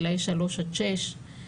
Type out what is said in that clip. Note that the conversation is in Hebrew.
גילאי שלוש עד שש,